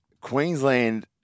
Queensland